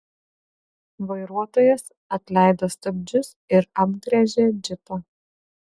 vairuotojas atleido stabdžius ir apgręžė džipą